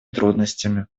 трудностями